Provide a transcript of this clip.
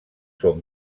són